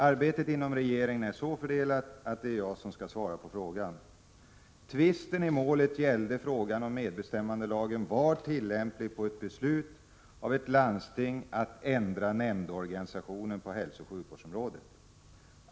Arbetet inom regeringen är så fördelat att det är jag som skall svara på frågan.